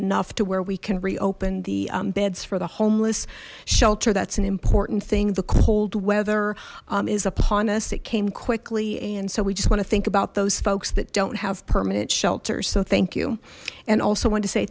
enough to where we can reopen the beds for the homeless shelter that's an important thing the cold weather is upon us it came quickly and so we just want to think about those folks that don't have permanent shelters so thank you and also when to say